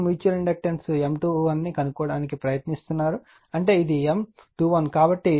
mutual inductance M21 ను కనుగొనటానికి ప్రయత్నిస్తున్నారు అంటే ఇది M21